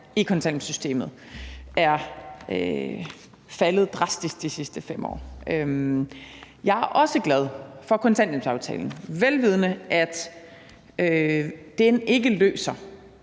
i kontanthjælpssystemet er faldet drastisk de sidste 5 år. Jeg er også glad for kontanthjælpsaftalen, vel vidende at den ikke løser